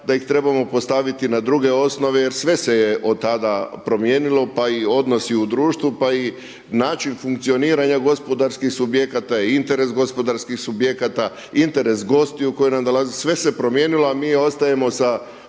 da ih trebamo postaviti na druge osnove jer sve se je od tada promijenilo pa i odnosi u društvu pa i način funkcioniranja gospodarskih subjekata i interes gospodarskih subjekata, interes gostiju koji nam dolaze. Sve se promijenilo, a mi ostajemo sa